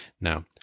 Now